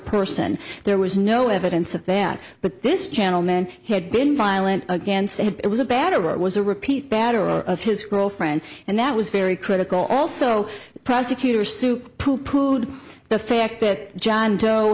person there was no evidence of that but this channel man had been violent against it was a batterer it was a repeat batter of his girlfriend and that was very critical also prosecutor soup poo pooed the fact that john doe